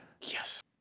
Yes